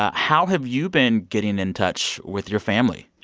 ah how have you been getting in touch with your family?